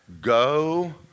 go